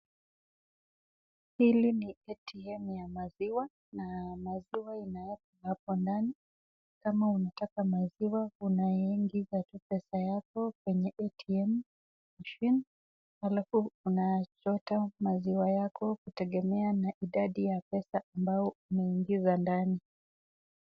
Hili ni ATM ya maziwa na maziwa inawekwa hapoa ndani. Kama unataka maziwa, unaingiza pesa yako kwenye ATM halafu unachota maziwa yako kutegemea na idadi ya pesa ambao umeingiza ndani.